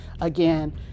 Again